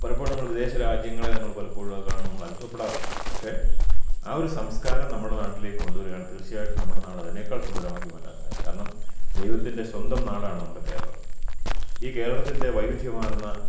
പലപ്പോഴും നമ്മൾ വിദേശ രാജ്യങ്ങളെ നമ്മൾ പലപ്പോഴും അത് കാണുമ്പോൾ നമ്മൾ അത്ഭുതപ്പെടാറുണ്ട് പക്ഷെ ആവൊരു സംസ്കാരം നമ്മുടെ നാട്ടിലേക്ക് കൊണ്ടുവരികയാണ് തീർച്ചായിട്ടും നമ്മുടെ നാട് ഇതിനേക്കാൾ സുന്ദരമാക്കിമാറ്റാൻ സാധിക്കും കാരണം ദൈവത്തിൻ്റെ സ്വന്തം നാടാണ് നമ്മുടെ കേരളം ഈ കേരളത്തിൻ്റെ വൈവിധ്യമാർന്ന